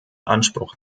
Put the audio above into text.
anspruch